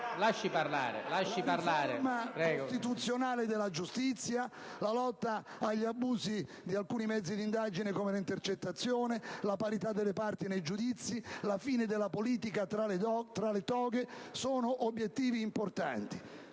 Garraffa. Richiami del Presidente)*. La lotta agli abusi di alcuni mezzi di indagine come le intercettazioni, la parità delle parti nei giudizi, la fine della politica tra le toghe, sono obiettivi importanti.